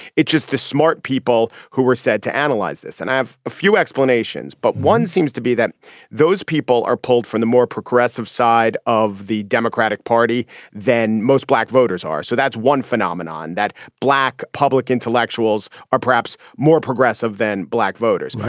it just the smart people who were said to analyze this. and i have a few explanations, but one seems to be that those people are pulled from the more progressive side of the democratic party than most black voters are. so that's one phenomenon that black public intellectuals are perhaps more progressive than black voters.